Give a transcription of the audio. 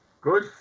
Good